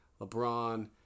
LeBron